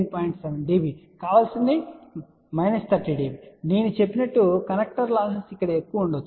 7 dB కావలసినది minus 30 dB నేను చెప్పినట్లుగా కనెక్టర్ లాస్సెస్ ఇక్కడ ఉండవచ్చు